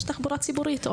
יש תחבורה ציבורית.